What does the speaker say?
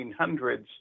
1800s